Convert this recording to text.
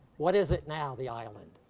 what is it now, the island?